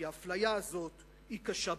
כי האפליה הזאת היא קשה ביותר,